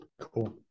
Cool